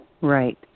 right